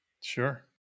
Sure